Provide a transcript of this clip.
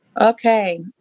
Okay